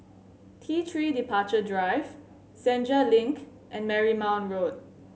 T Three Departure Drive Senja Link and Marymount Road